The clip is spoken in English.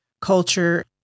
culture